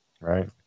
Right